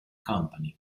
company